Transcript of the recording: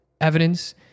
evidence